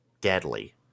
deadly